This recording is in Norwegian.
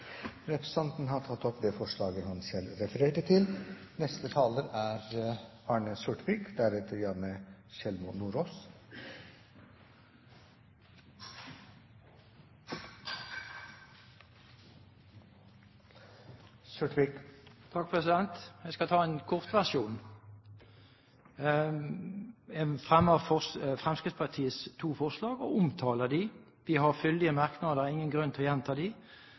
Representanten Øyvind Halleraker har tatt opp det forslaget han refererte til. Jeg skal ta en kortversjon. Jeg fremmer Fremskrittspartiets to forslag og omtaler dem. De har fyldige merknader, og det er ingen grunn til å gjenta